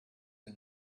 and